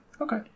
Okay